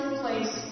place